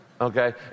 Okay